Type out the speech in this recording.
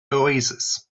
oasis